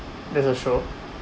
there's a show